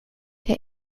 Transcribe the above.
der